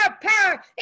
power